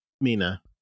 mina